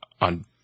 on